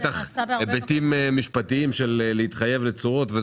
גם היבטים משפטיים על התחייבות לתשואות.